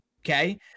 okay